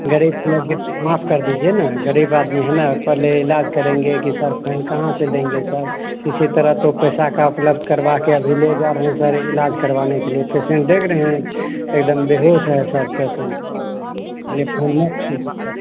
गरीब के गलती माफ कर दीजिए न गरीब आदमी है न पहले इलाज करेंगे कि सर फाइन कहाँ से देंगे सर किसी तरह तो पैसा का उपलब्ध करवा के अभी ले जा रहे हैं सर इलाज करवाने के लिए पेशेंट देख रहे हैं एकदम बेहोश है सर पेशेंट ये सब मत कीजिए सर